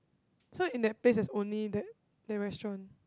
so in that place it's only that that restaurant